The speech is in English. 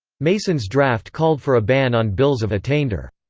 mason's draft called for a ban on bills of attainder.